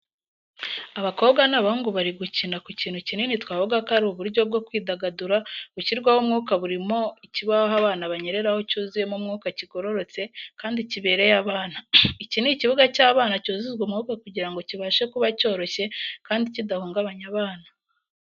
Abakobwa n’abahungu bari gukina ku kintu kinini twavuga ko ari uburyo bwo kwidagadura bushyirwaho umwuka burimo ikibaho abana banyereraho cyuzuyemo umwuka kigororotse kandi kibereye abana. Iki ni ikibuga cy’abana cyuzuzwa umwuka kugira ngo kibashe kuba cyoroshye kandi kidahungabanya abana.